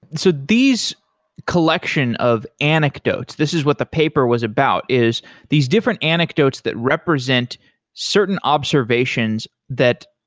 so these collection of anecdotes, this is what the paper was about, is these different anecdotes that represent certain observations that